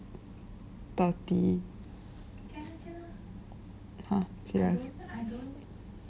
thirty !huh! serious